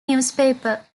newspaper